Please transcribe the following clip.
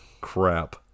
crap